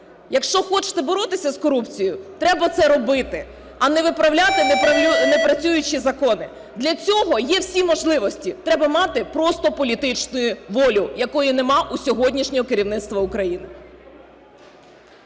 Якщо хочете боротися з корупцією, треба це робити, а не виправляти непрацюючі закони. Для цього є всі можливості. Треба мати просто політичну волю, якої немає у сьогоднішнього керівництва України.